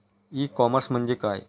E commerce म्हणजे काय?